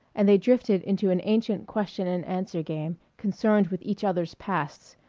and they drifted into an ancient question-and-answer game concerned with each other's pasts,